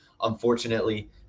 unfortunately